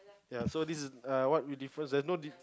ya so this is err what you differs there's no need